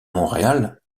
montréal